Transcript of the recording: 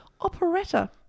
operetta